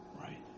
right